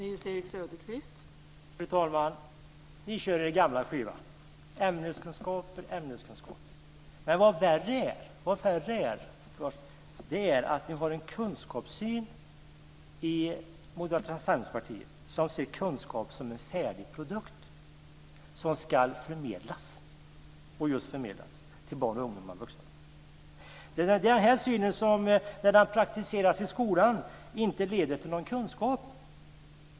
Fru talman! Ni kör er gamla skiva - ämneskunskaper, ämneskunskaper. Men vad värre är, är att ni har en kunskapssyn i Moderata samlingspartiet som innebär att kunskap är en färdig produkt som ska förmedlas till barn, ungdomar och vuxna. Det är den här synen, praktiserad i skolan, som inte leder till någon kunskap.